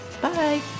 Bye